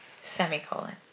Semicolon